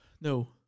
No